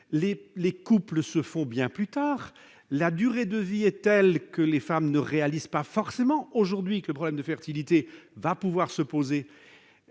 les couples se forment bien plus tard, et la durée de vie est telle que les femmes ne réalisent pas forcément aujourd'hui que des problèmes de fertilité pourraient se poser.